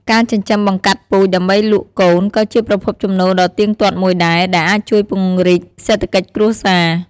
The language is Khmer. ការចិញ្ចឹមបង្កាត់ពូជដើម្បីលក់កូនក៏ជាប្រភពចំណូលដ៏ទៀងទាត់មួយដែរ ដែលអាចជួយពង្រីកសេដ្ឋកិច្ចគ្រួសារ។